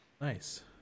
nice